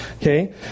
Okay